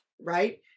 right